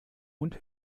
und